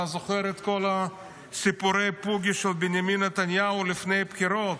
אתה זוכר את כל סיפורי פוגי של בנימין נתניהו לפני הבחירות?